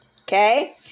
Okay